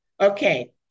Okay